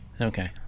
Okay